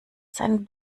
sein